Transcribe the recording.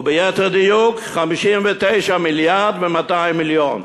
וביתר דיוק 59.2 מיליארד.